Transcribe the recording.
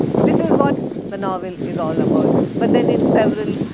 this is what the novel is all about. but then, in several